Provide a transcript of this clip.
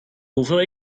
hoeveel